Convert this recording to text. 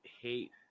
hate